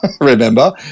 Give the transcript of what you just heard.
remember